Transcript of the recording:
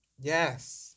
Yes